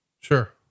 Sure